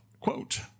Quote